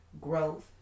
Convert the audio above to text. growth